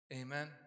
Amen